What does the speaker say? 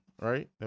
right